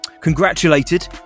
congratulated